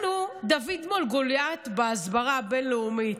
אנחנו דוד מול גוליית בהסברה הבין-לאומית.